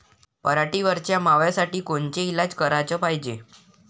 पराटीवरच्या माव्यासाठी कोनचे इलाज कराच पायजे?